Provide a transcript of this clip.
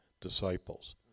disciples